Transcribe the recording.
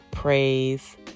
praise